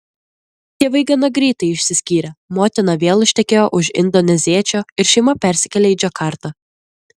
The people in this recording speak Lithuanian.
tėvai gana greitai išsiskyrė motina vėl ištekėjo už indoneziečio ir šeima persikėlė į džakartą